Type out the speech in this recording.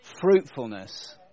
fruitfulness